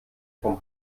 vom